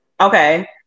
Okay